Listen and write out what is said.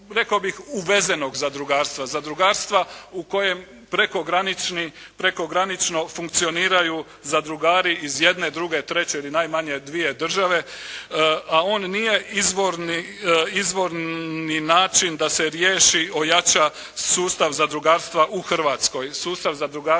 uvezenog zadrugarstva, zadrugarstva u kojem prekogranično funkcioniraju zadrugari iz jedne, druge, treće ili najmanje dvije države, a on nije izvorni način da se riješi, ojača sustav zadrugarstva u Hrvatskoj,